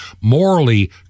morally